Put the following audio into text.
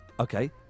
Okay